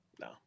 No